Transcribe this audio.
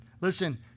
Listen